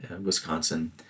Wisconsin